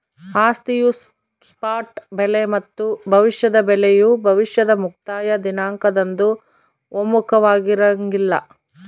ಆಸ್ತಿಯ ಸ್ಪಾಟ್ ಬೆಲೆ ಮತ್ತು ಭವಿಷ್ಯದ ಬೆಲೆಯು ಭವಿಷ್ಯದ ಮುಕ್ತಾಯ ದಿನಾಂಕದಂದು ಒಮ್ಮುಖವಾಗಿರಂಗಿಲ್ಲ